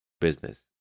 business